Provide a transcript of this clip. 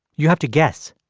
you have to guess.